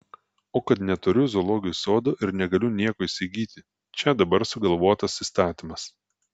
o kad neturiu zoologijos sodo ir negaliu nieko įsigyti čia dabar sugalvotas įstatymas